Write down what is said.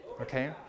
Okay